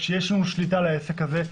כשיש לנו שליטה על העסק הזה.